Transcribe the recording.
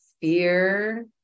fear